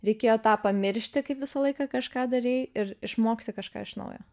reikėjo tą pamiršti kaip visą laiką kažką darei ir išmokti kažką iš naujo